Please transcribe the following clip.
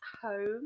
Home